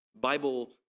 Bible